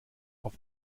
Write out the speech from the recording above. auf